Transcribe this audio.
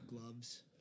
Gloves